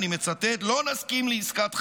אני מצטט: "לא נסכים לעסקת חמאס",